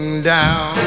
down